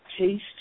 Taste